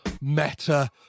meta-